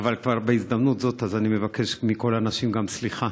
אבל בהזדמנות זאת אני כבר מבקש מכל הנשים גם סליחה